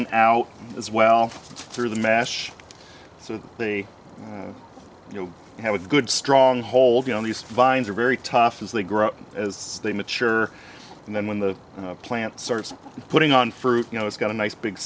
and out as well through the mash so they you know have a good strong hold on these vines are very tough as they grow as they mature and then when the plant sort of putting on fruit you know it's got a nice big